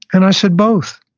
and i said, both.